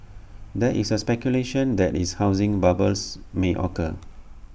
there is speculation that is housing bubbles may occur